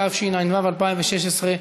התשע"ו 2016,